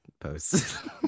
posts